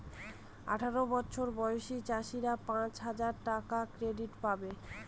আঠারো বছর বয়সী চাষীরা পাঁচ হাজার টাকার ক্রেডিট পাবে